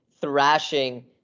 thrashing